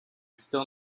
still